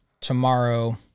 tomorrow